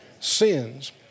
Sins